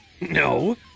No